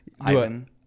Ivan